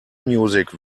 music